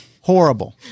horrible